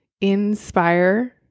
inspire